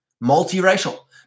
multi-racial